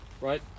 right